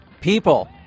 People